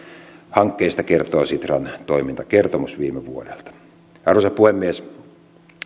hankkeista kertoo sitran toimintakertomus viime vuodelta arvoisa puhemies